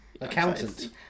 Accountant